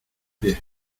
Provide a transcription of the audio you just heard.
pie